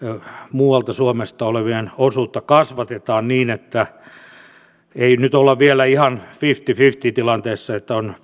muualta suomesta tulevien osuutta kasvatetaan ei nyt olla vielä ihan fifty fifty tilanteessa vaan on